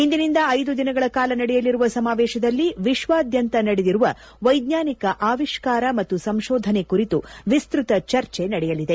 ಇಂದಿನಿಂದ ಐದು ದಿನಗಳ ಕಾಲ ನಡೆಯಲಿರುವ ಸಮಾವೇಶದಲ್ಲಿ ವಿಶ್ವಾದಾದ್ಯಂತ ನಡೆದಿರುವ ವೈಜ್ಞಾನಿಕ ಆವಿಷ್ಕಾರ ಮತ್ತು ಸಂಶೋಧನೆ ಕುರಿತು ವಿಸ್ತೃತ ಚರ್ಚೆ ನಡೆಯಲಿದೆ